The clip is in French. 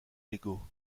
légaux